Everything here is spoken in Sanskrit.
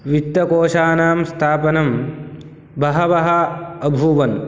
वित्तकोशानां स्थापनं बहवः अभूवन्